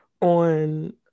on